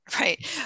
right